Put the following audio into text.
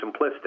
simplistic